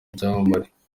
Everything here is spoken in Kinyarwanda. byamamare